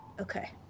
Okay